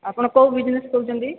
ଆପଣ କେଉଁ ବିଜନେସ୍ କହୁଛନ୍ତି